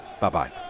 Bye-bye